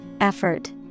effort